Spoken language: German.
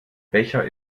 becher